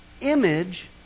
image